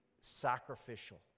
sacrificial